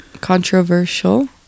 controversial